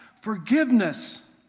forgiveness